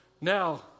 Now